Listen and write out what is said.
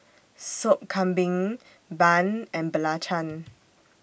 Sop Kambing Bun and Belacan